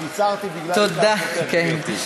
קיצרתי בגלל בקשתך, גברתי.